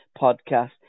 podcast